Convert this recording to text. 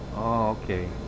oh, ok.